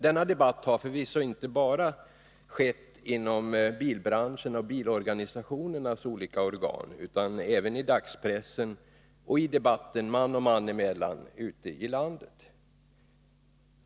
Denna debatt har förvisso inte bara förekommit inom bilbranschen och bilorganisationernas olika organ utan även i dagspressen och man och man emellan ute i landet.